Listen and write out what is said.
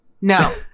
No